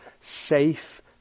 safe